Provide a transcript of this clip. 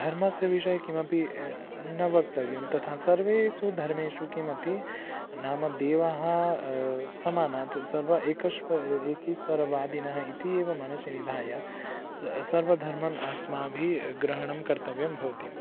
धर्मस्य विषये किमपि न वक्तव्यं तथा सर्वेषु धर्मेषु किमति नाम देवः समानात् सर्व एकश्व एकीश्वरवादिनः इति एव मनसि निधाय स सर्व धर्मम् अस्माभिः ग्रहणं कर्तव्यं भवति